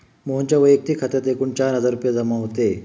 मोहनच्या वैयक्तिक खात्यात एकूण चार हजार रुपये जमा होते